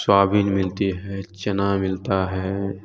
soybean मिलती है चना मिलता है